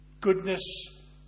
goodness